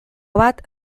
bat